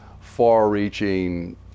far-reaching